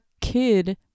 kid